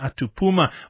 Atupuma